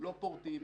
לא פורטים.